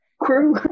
crew